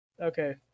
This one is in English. Okay